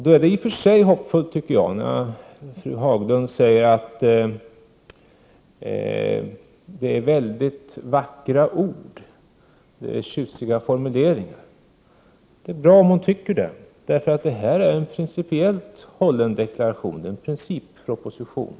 Det är i och för sig hoppfullt när fru Haglund säger att det är mycket vackra ord och tjusiga formuleringar. Det är bra att hon tycker det, eftersom detta är en principiellt hållen deklaration, en principproposition.